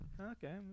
Okay